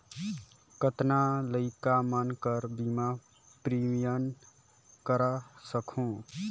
कतना लइका मन कर बीमा प्रीमियम करा सकहुं?